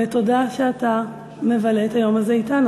ותודה שאתה מבלה את היום הזה אתנו.